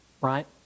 right